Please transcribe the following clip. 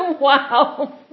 Wow